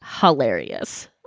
hilarious